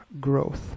growth